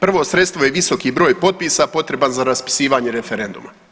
Prvo sredstva je visoki broj potpisa potreban za raspisivanje referenduma.